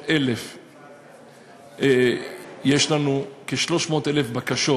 יש לנו כ-300,000 בקשות.